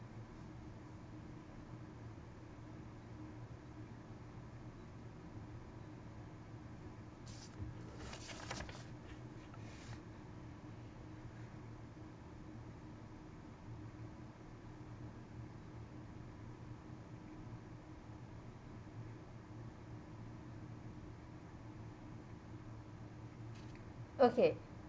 okay